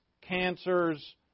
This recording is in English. cancers